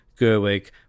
Gerwig